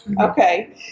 Okay